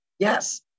Yes